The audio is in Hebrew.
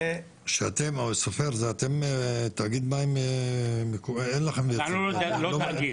סופר, זה תאגיד מים --- אנחנו לא תאגיד.